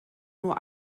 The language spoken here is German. nur